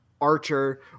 Archer